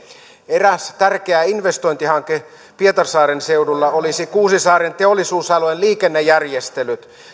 eräs tärkeä investointihanke pietarsaaren seudulla olisi kuusisaaren teollisuusalueen liikennejärjestelyt